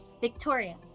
Victoria